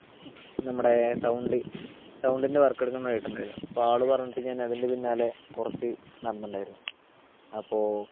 നമ്മുടെ സൗണ്ട് സൗണ്ടിന്റെ വർക്ക് എടുക്കുന്ന ഒരു ഏട്ടൻ ഉണ്ടായിരുന്നു അപ്പം ആള് പറഞ്ഞിട്ട് ഞാൻ അതിന്റെ പിന്നാലെ കുറച്ച് നടന്നിട്ടുണ്ടായിരുന്നു അപ്പോൾ